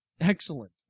Excellent